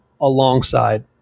alongside